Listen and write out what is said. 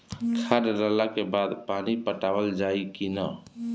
खाद डलला के बाद पानी पाटावाल जाई कि न?